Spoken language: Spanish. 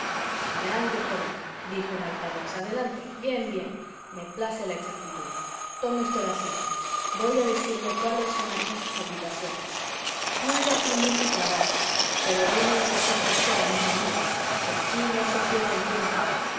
adelante joven dijo en alta voz adelante bien bien me place la exactitud tome usted asiento voy a decirle cuáles son aquí sus obligaciones no hay aquí mucho trabajo pero bueno es que sepa usted amigo mío que aquí no se pierde el tiempo